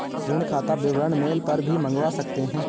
ऋण खाता विवरण मेल पर भी मंगवा सकते है